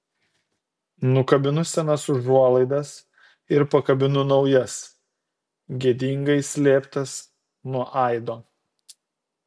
nukabinu senas užuolaidas ir pakabinu naujas gėdingai slėptas nuo aido